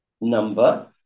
number